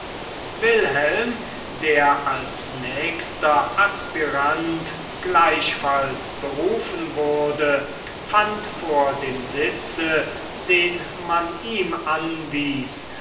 wilhelm der als nächster aspirant gleichfalls berufen wurde fand vor dem sitze den man ihm anwies